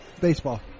Baseball